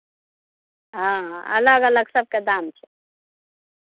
हँ अलग अलग सभके दाम छै